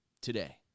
today